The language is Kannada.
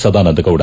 ಸದಾನಂದಗೌಡ